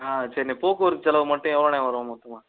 ஆ சரிண்ணே போக்குவரத்து செலவு மட்டும் எவ்வளோண்ணே வரும் மொத்தமாக